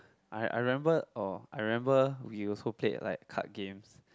I I remember oh I remember we also played like card games